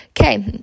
Okay